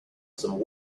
some